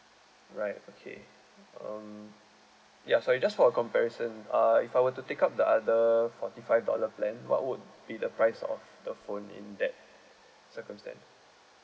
alright okay um ya sorry just for a comparison uh if I were to take up the other forty five dollar plan what would be the price of the phone in that circumstance